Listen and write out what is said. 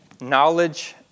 knowledge